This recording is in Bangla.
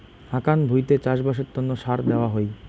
হাকান ভুঁইতে চাষবাসের তন্ন সার দেওয়া হই